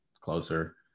closer